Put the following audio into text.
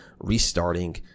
restarting